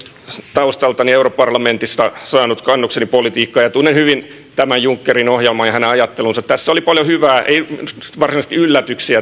taustastani europarlamentista saanut kannukseni politiikkaan ja tunnen hyvin tämän junckerin ohjelman ja hänen ajattelunsa tässä hänen puheessaan oli paljon hyvää ei varsinaisesti yllätyksiä